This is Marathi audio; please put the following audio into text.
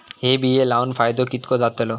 हे बिये लाऊन फायदो कितको जातलो?